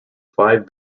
five